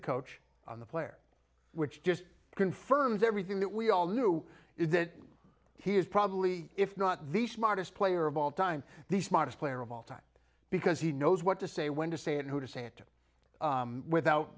the coach on the player which just confirms everything that we all knew is that he is probably if not the smartest player of all time the smartest player of all time because he knows what to say when to say it who to santa without